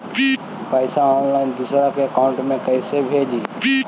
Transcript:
पैसा ऑनलाइन दूसरा के अकाउंट में कैसे भेजी?